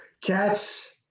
cats